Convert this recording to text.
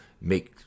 make